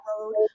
road